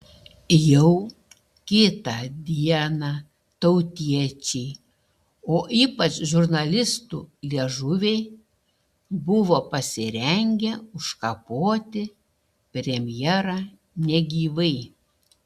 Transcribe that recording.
jau kitą dieną tautiečiai o ypač žurnalistų liežuviai buvo pasirengę užkapoti premjerą negyvai